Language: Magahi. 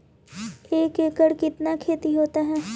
एक एकड़ कितना खेति होता है?